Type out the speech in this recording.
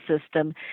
system